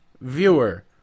viewer